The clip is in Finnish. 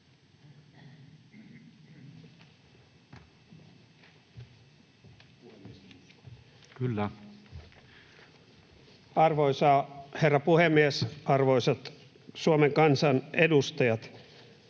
Arvoisa herra puhemies, arvoisat Suomen kansan edustajat!